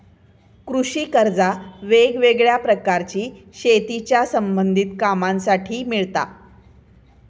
कृषि कर्जा वेगवेगळ्या प्रकारची शेतीच्या संबधित कामांसाठी मिळता